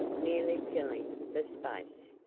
nearly filling the space.